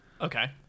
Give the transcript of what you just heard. Okay